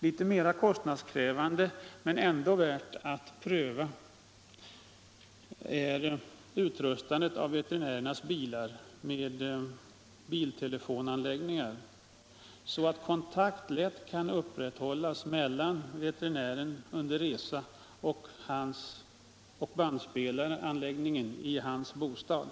Litet mera kostnadskrävande men ändå värt att pröva är förslaget att utrusta veterinärernas bilar med biltelefonanläggningar, så att kontakt lätt kan upprätthållas mellan veterinären och bandspelaranläggningen i hans bostad.